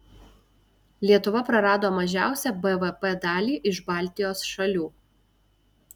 lietuva prarado mažiausią bvp dalį iš baltijos šalių